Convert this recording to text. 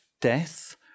death